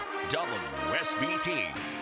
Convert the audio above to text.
WSBT